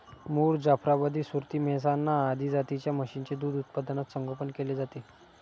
मुर, जाफराबादी, सुरती, मेहसाणा आदी जातींच्या म्हशींचे दूध उत्पादनात संगोपन केले जाते